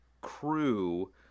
crew